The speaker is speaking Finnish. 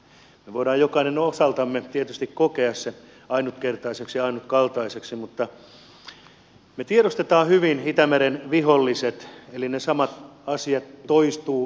me voimme jokainen osaltamme tietysti kokea sen ainutkertaiseksi ja ainutkaltaiseksi mutta me tiedostamme hyvin itämeren viholliset eli ne samat asiat toistuvat raportista raporttiin